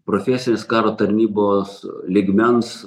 profesinės karo tarnybos lygmens